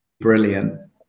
brilliant